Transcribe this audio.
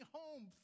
home